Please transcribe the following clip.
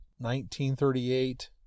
1938